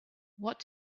what